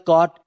God